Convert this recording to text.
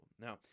Now